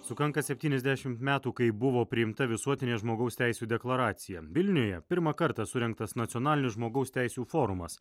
sukanka septyniasdešimt metų kai buvo priimta visuotinė žmogaus teisių deklaracija vilniuje pirmą kartą surengtas nacionalinių žmogaus teisių forumas